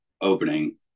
opening